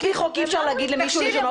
על פי חוק אי אפשר להגיד למישהו לשנות רישום.